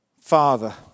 father